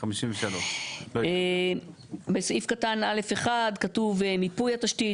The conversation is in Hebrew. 53. בסעיף קטן (א)(1) כתוב "מיפוי התשתית",